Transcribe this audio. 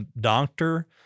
doctor